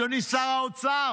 אדוני שר האוצר,